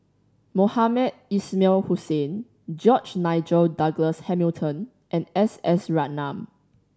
Mohamed Ismail Hussain George Nigel Douglas Hamilton and S S Ratnam